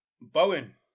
Bowen